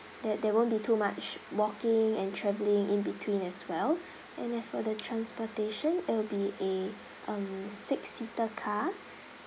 there there won't be too much walking and travelling in between as well and as for the transportation it will be a um six seater car